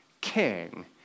king